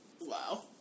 Wow